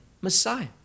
Messiah